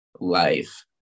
life